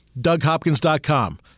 DougHopkins.com